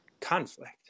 conflict